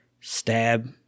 Stab